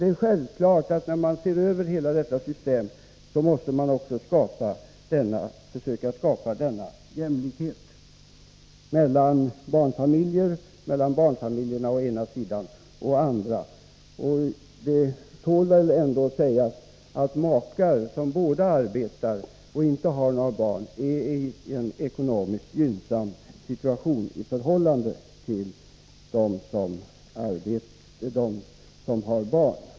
Det är självklart att när man ser över hela detta system måste man också försöka skapa jämlikhet mellan barnfamiljer och mellan barnfamiljer å ena sidan och andra familjer å den andra. Det tål väl ändå sägas att makar som båda arbetar och som inte har några barn är i en ekonomiskt gynnsam situation i förhållande till dem som har barn.